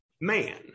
man